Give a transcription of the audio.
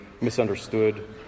misunderstood